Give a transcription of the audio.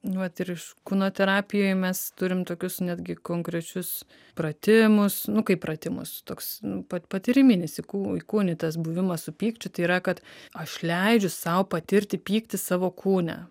nu vat ir iš kūno terapijoj mes turim tokius netgi konkrečius pratimus nu kaip pratimus toks pat patyriminis įkū įkūnytas buvimas su pykčiu tai yra kad aš leidžiu sau patirti pyktį savo kūne